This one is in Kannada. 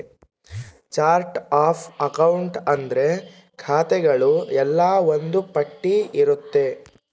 ಚಾರ್ಟ್ ಆಫ್ ಅಕೌಂಟ್ ಅಂದ್ರೆ ಖಾತೆಗಳು ಎಲ್ಲ ಒಂದ್ ಪಟ್ಟಿ ಇರುತ್ತೆ